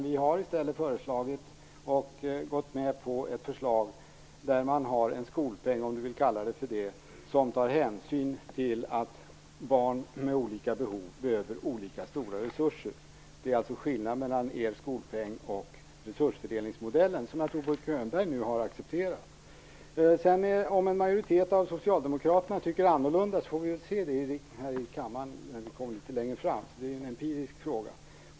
Vi har i stället föreslagit och gått med på ett förslag där man har en skolpeng, om man nu vill kalla det för det, som tar hänsyn till att barn med olika behov behöver olika stora resurser. Det är alltså skillnaden mellan er skolpeng och resursfördelningsmodellen, som jag tror att Bo Könberg nu har accepterat. Om en majoritet av socialdemokraterna tycker annorlunda får vi väl se det här i kammaren litet längre fram. Det är en empirisk fråga.